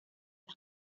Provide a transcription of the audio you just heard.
las